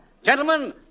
Gentlemen